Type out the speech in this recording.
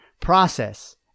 process